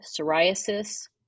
psoriasis